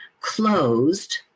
closed